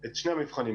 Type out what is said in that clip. את שני המבחנים,